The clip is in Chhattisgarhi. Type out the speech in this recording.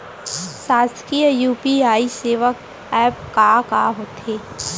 शासकीय यू.पी.आई सेवा एप का का होथे?